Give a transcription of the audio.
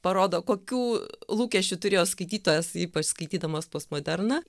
parodo kokių lūkesčių turėjo skaitytojas ypač skaitydamas postmoderną